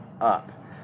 Up